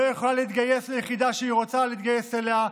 יכולה להתגייס ליחידה שהיא רוצה להתגייס אליה,